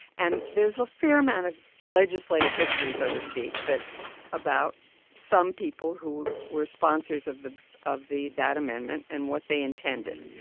and there's a fair amount of legislative history, so to speak, that about some people who were sponsors of the of that amendment and what they intended.